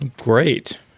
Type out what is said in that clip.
Great